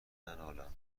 ننالم